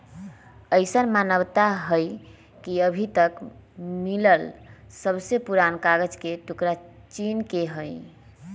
अईसन मानता हई कि अभी तक मिलल सबसे पुरान कागज के टुकरा चीन के हई